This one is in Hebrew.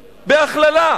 בהכללה.